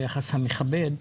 ביחס המכבד,